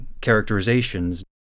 characterizations